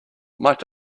might